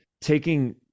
taking